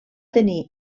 tenir